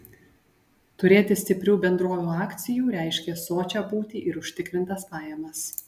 turėti stiprių bendrovių akcijų reiškė sočią būtį ir užtikrintas pajamas